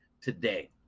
today